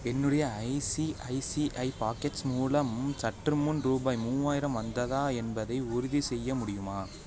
என்னுடைய ICICI pockets மூலம் சற்றுமுன் ரூபாய் மூவாயிரம் வந்ததா என்பதை உறுதி செய்ய முடியுமா